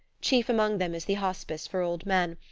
chief among them is the hospice for old men,